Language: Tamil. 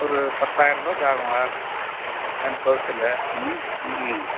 ஒரு பத்தாயிரம் ரூபாய்க்கி ஆகுங்க டென் தௌசண்ட் ம் ம்